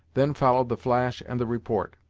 then followed the flash and the report.